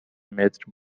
متر